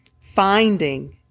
finding